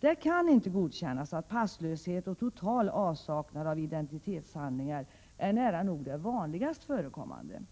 Det kan inte godkännas att passlöshet och total avsaknad av identitetshandlingar är nära nog det vanligast förekommande.